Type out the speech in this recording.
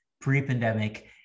pre-pandemic